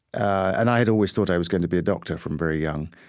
and i had always thought i was going to be a doctor from very young,